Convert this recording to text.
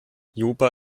juba